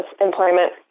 employment